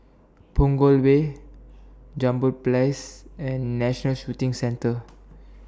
Punggol Way Jambol Place and National Shooting Center